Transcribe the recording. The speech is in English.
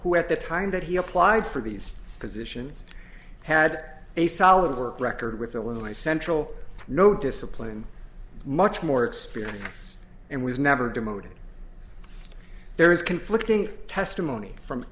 who at the time that he applied for these positions had a solid work record with illinois central no discipline much more experience and was never demoted there is conflicting testimony from